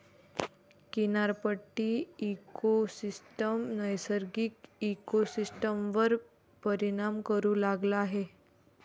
किनारपट्टी इकोसिस्टम नैसर्गिक इकोसिस्टमवर परिणाम करू लागला आहे